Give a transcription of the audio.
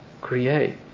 create